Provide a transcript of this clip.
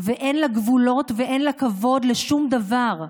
ואין לה גבולות ואין לה כבוד לשום דבר,